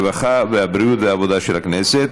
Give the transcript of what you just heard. הרווחה והבריאות של הכנסת.